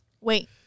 Wait